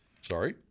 Sorry